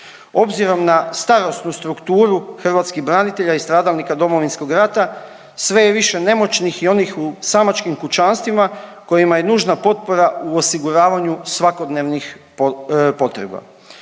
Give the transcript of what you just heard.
Obzirom na starosnu strukturu hrvatskih branitelja i stradalnika Domovinskog rata sve je više nemoćnih i onih u samačkim kućanstvima kojima je nužna potpora u osiguravanju svakodnevnih potreba.